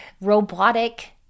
robotic